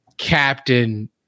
captain